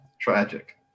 tragic